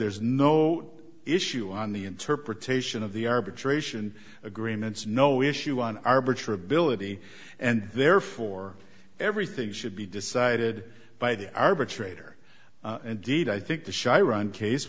there is no issue on the interpretation of the arbitration agreements no issue on our bridge or ability and therefore everything should be decided by the arbitrator indeed i think the sharon case